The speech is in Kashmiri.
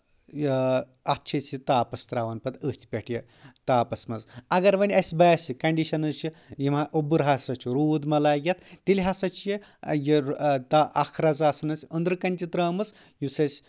یہِ اَتھ چھِ أسۍ یہِ تاپس تراوان پتہٕ أتھۍ پؠٹھ یہِ تاپس منٛز اَگر وۄنۍ اَسہِ باسہِ کنڈِشنٕز چھِ یِم اوٚبر ہسا چھُ روٗد مَہ لاگہِ یَتھ تیٚلہِ ہسا چھِ یہِ اکھ رز آسان أسۍ أنٛدرٕ کَنہِ تہِ ترٲمٕژ یُس اَسہِ